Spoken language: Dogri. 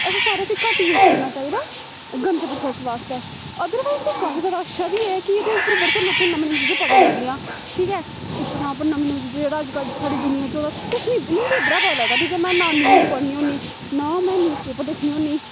असें सारें असें घट्ट यूज करना चाहिदा गंदे प्रोसेस बास्तै अदरवाइज़ काफी जादा अच्छा बी ऐ कि एह्दे उप्पर बड़े सारें लोकें नमीं चीजां पता लगदियां ठीक ऐ इस उप्पर नमीं नमीं चीज़ां जेह्ड़ा अज्जकल साढ़ी दुनिया च हो सब कुछ मिगी इद्धरा पता लगदा ठीक ऐ में ना न्यूज़ होन्नी ना में न्यूज पेपर दिक्खनी होन्नी